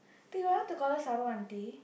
do you want to call her Saro aunty